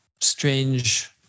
strange